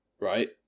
right